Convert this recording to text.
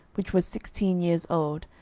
which was sixteen years old,